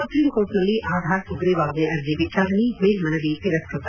supreme ಕೋರ್ಟ್ನಲ್ಲಿ ಆಧಾರ್ ಸುಗ್ರೀವಾಜ್ಞೆ ಅರ್ಜಿ ವಿಚಾರಣೆ ಮೇಲ್ಮನವಿ ತಿರಸ್ಕ ತ